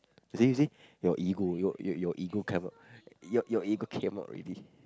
you you see your ego your your ego came out your your ego came out already